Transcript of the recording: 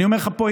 אני אומר לך פה,